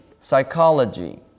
psychology